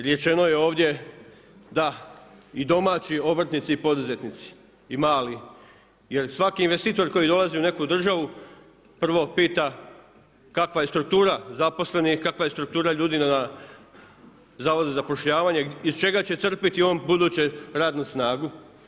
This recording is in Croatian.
Rečeno je ovdje da i domaći obrtnici i poduzetnici i mali, jer svaki investitor koji dolazi u neku državu prvo pita kakva je struktura zaposlenih, kakva je struktura ljudi na Zavodu za zapošljavanje iz čega će crpiti on u buduće radnu snagu.